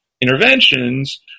interventions